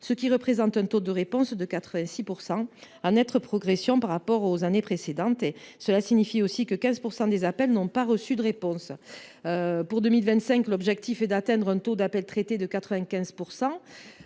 ce qui représente un taux de réponse de 86 %, en nette progression par rapport aux années précédentes – cela signifie aussi que presque 15 % des appels n’ont pas reçu de réponse. Pour 2025, l’objectif est d’atteindre un taux d’appels traités de 95 %.